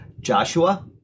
Joshua